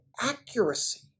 accuracy